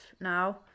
now